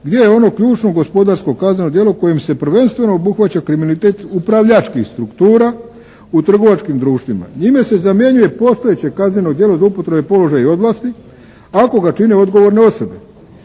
gdje je ono ključno gospodarsko kazneno djelo kojim se prvenstveno obuhvaća kriminalitet upravljačkih struktura u trgovačkim društvima. Njime se zamjenjuje postojeće kazneno djelo zloupotreba položaja i ovlasti ako ga čine odgovorne osobe,